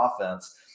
offense